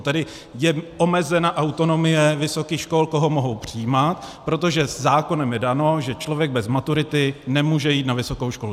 Tedy je omezena autonomie vysokých škol, koho mohou přijímat, protože zákonem je dáno, že člověk bez maturity nemůže jít na vysokou školu.